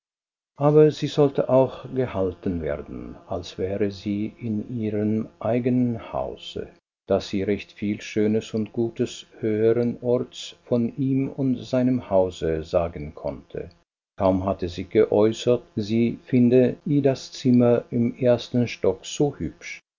aber sie sollte auch gehalten werden als wäre sie in ihrem eigenen hause daß sie recht viel schönes und gutes höheren orts von ihm und seinem hause sagen konnte kaum hatte sie geäußert sie finde idas zimmer im ersten stock so hübsch